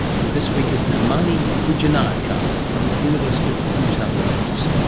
who this week is nirmani wijenayake ah from the university of new south wales.